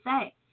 say